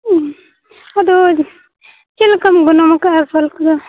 ᱟᱫᱚ ᱪᱮᱫ ᱞᱮᱠᱟᱢ ᱜᱚᱱᱚᱝ ᱟᱠᱟᱜᱼᱟ ᱯᱷᱚᱞ ᱠᱚᱫᱚ